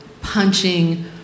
punching